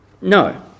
No